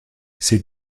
ces